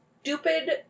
stupid